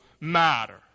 matter